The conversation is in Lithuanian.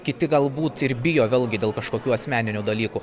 kiti galbūt ir bijo vėlgi dėl kažkokių asmeninių dalykų